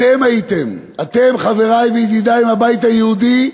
אתם הייתם, אתם, חברי וידידי מהבית היהודי,